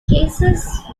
cases